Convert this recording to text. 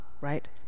right